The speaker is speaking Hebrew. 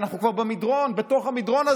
אנחנו כבר במדרון הזה.